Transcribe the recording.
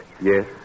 Yes